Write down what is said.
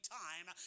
time